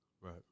Right